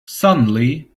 suddenly